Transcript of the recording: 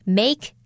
make